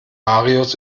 marius